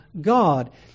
God